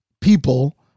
people